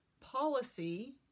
policy